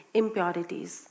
impurities।